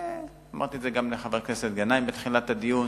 אמרתי את זה גם לחבר הכנסת גנאים בתחילת הדיון,